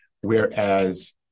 Whereas